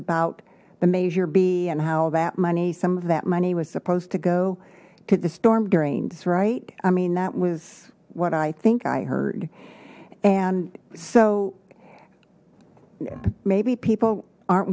about the major be and how all that money some of that money was supposed to go to the storm drains right i mean that was what i think i heard and so maybe people aren't